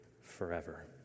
forever